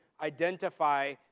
identify